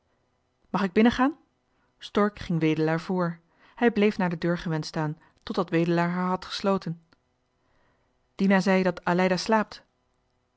mag ik binnengaan stork ging wedelaar voor hij bleef naar de deur gewend staan totdat wedelaar haar had gesloten dina zei dat aleida slaapt